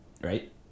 right